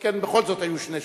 שכן בכל זאת היו שני שואלים.